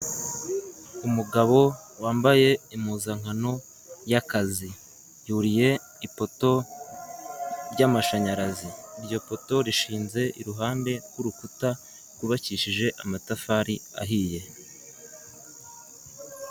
Umugabo wambaye impuzankano y'akazi, yuriye ipoto ry'amashanyarazi, iryo poto rishinze iruhande rw'urukuta rwubakishije amatafari ahiye.